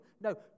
No